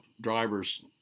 drivers